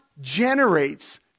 generates